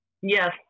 Yes